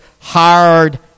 hard